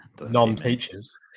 non-teachers